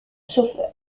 sauf